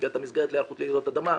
קביעת המסגרת להיערכות לרעידות אדמה,